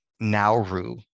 Nauru